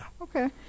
Okay